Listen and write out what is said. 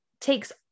takes